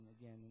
again